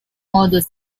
modo